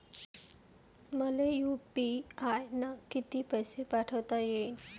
मले यू.पी.आय न किती पैसा पाठवता येईन?